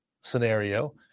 scenario